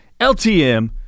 LTM